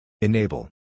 Enable